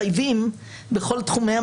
פרופ' איינהורן היא הדוברת